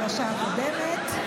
פרשת וישלח זו הפרשה הקודמת,